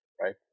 right